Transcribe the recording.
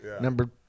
Number